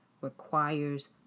requires